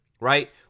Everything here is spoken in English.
right